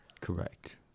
Correct